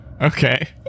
Okay